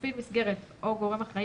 מפעיל מסגרת או גורם אחראי,